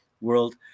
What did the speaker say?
world